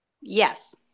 Yes